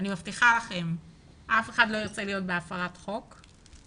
אני מבטיחה לכם שאף אחד לא ירצה להיות בהפרת חוק.